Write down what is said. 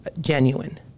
genuine